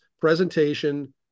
presentation